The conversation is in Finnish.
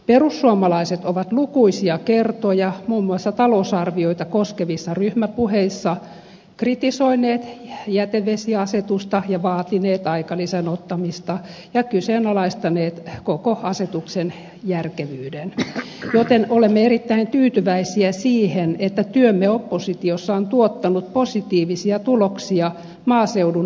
perussuomalaiset ovat lukuisia kertoja muun muassa talousarvioita koskevissa ryhmäpuheissa kritisoineet jätevesiasetusta ja vaatineet aikalisän ottamista ja kyseenalaistaneet koko asetuksen järkevyyden joten olemme erittäin tyytyväisiä siihen että työmme oppositiossa on tuottanut positiivisia tuloksia maaseudun asukkaille